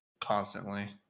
constantly